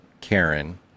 Karen